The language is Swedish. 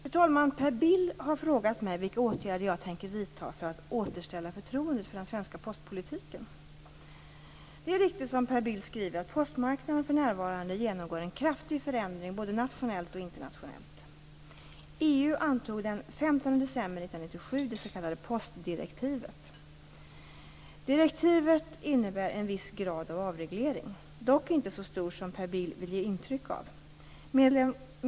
Fru talman! Per Bill har frågat mig vilka åtgärder jag tänker vidta för att återställa förtroendet för den svenska postpolitiken. Det är riktigt, som Per Bill skriver, att postmarknaden för närvarande genomgår en kraftig förändring både nationellt och internationellt. EU antog den 15 december 1997 det s.k. postdirektivet. Direktivet innebär en viss grad av avreglering, dock inte så stor som Per Bill vill ge intryck av.